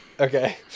Okay